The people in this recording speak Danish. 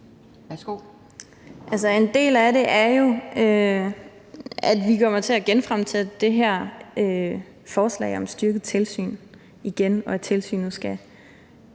(SF): En del af det er jo det, at vi kommer til at genfremsætte det her forslag om styrket tilsyn og om, at tilsynet skal